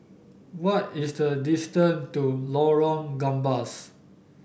what is the distance to Lorong Gambas